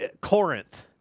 Corinth